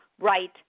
right